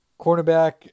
cornerback